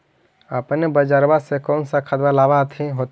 अपने बजरबा से कौन सा खदबा लाब होत्थिन?